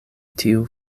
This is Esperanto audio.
tiu